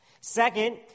Second